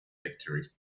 victory